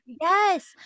Yes